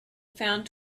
found